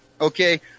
okay